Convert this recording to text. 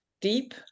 deep